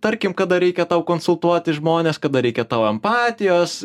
tarkim kada reikia tau konsultuoti žmones kada reikia tavo empatijos